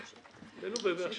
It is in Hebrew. אבל יש